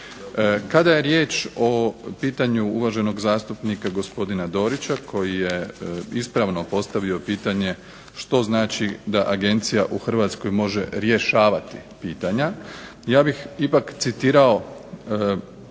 Kada je riječ o pitanju uvaženog zastupnika gospodina Dorića koji je ispravno postavio pitanje što znači da Agencija u Hrvatskoj može rješavati pitanja ja bih ipak citirao